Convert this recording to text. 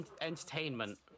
entertainment